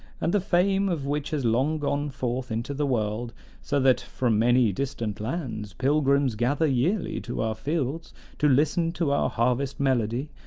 and the fame of which has long gone forth into the world so that from many distant lands pilgrims gather yearly to our fields to listen to our harvest melody,